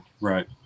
right